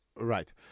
Right